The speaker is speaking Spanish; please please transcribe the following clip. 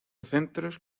centros